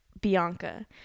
bianca